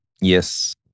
yes